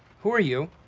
who are you?